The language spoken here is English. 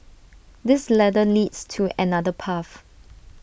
this ladder leads to another path